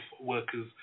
workers